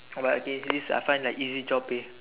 oh okay this I find that easy job pay